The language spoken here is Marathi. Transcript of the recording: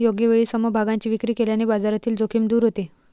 योग्य वेळी समभागांची विक्री केल्याने बाजारातील जोखीम दूर होते